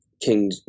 King